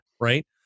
right